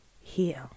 heal